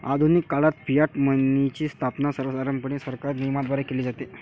आधुनिक काळात फियाट मनीची स्थापना सर्वसाधारणपणे सरकारी नियमनाद्वारे केली जाते